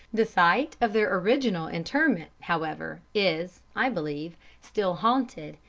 the site of their original interment, however, is, i believe, still haunted,